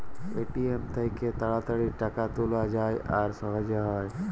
ATM থ্যাইকে তাড়াতাড়ি টাকা তুলা যায় আর সহজে হ্যয়